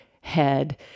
head